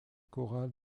chorale